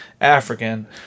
African